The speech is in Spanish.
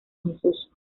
jesús